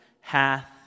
hath